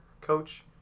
Coach